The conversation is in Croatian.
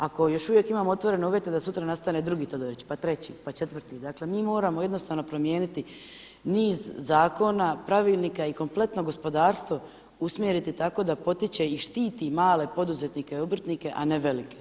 Ako još uvijek imamo otvorene uvjete da sutra nastane drugi Todorić, pa treći, pa četvrti dakle mi moramo jednostavno promijeniti niz zakona, pravilnika i kompletno gospodarstvo usmjeriti tako da potiče i štiti male poduzetnike i obrtnike, a ne velike.